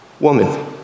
Woman